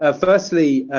ah firstly,